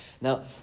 Now